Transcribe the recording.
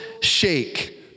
shake